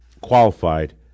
qualified